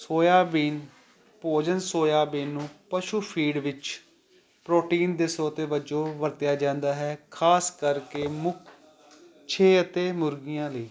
ਸੋਇਆ bean ਭੋਜਨ soya bean ਨੂੰ ਪਸ਼ੂ ਫੀਡ ਵਿੱਚ ਪ੍ਰੋਟੀਨ ਦੇ ਸੋਦੇ ਵਜੋਂ ਵਰਤਿਆ ਜਾਂਦਾ ਹੈ ਖਾਸ ਕਰਕੇ ਮੁੱਖ ਛੇ ਅਤੇ ਮੁਰਗੀਆਂ ਦੀ